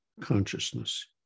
consciousness